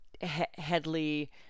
Headley